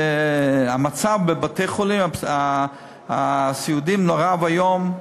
המצב בבתי-החולים הסיעודיים נורא ואיום,